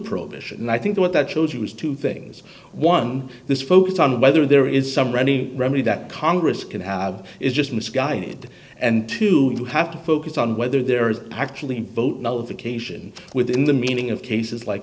prohibition and i think what that shows you is two things one this focus on whether there is some ready remedy that congress can have is just misguided and to have to focus on whether there is actually both nullification within the meaning of cases like